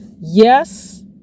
Yes